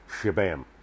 shabam